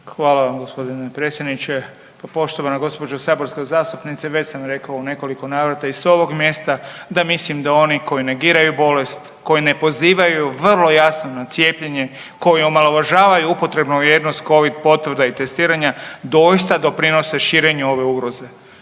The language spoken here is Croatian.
Hvala vam gospodine predsjedniče. Poštovana gospođo saborska zastupnice već sam rekao u nekoliko navrata i s ovog mjesta da mislim da oni koji negiranju bolest koji ne pozivaju vrlo jasno na cijepljenje, koji omalovažavaju upotrebnu vrijednost Covid potvrda i testiranja doista doprinose širenju ove ugroze.